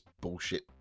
bullshit